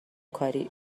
کاری